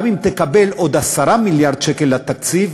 גם אם תקבל עוד 10 מיליארד שקל לתקציב,